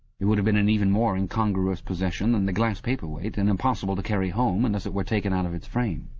it would have been an even more incongruous possession than the glass paperweight, and impossible to carry home, unless it were taken out of its frame.